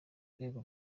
urwego